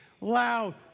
loud